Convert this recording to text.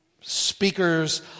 speakers